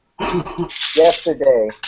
Yesterday